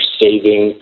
saving